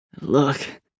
Look